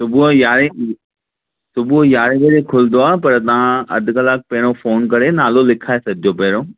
सुबुह जो यारहें बजे खुलंदो आहे पर तव्हां अधु कलाकु पहिरियों फोन करे नालो लिखाए छॾिजो पहिरियों